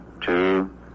Two